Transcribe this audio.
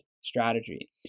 strategy